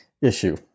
issue